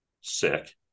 sick